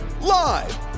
live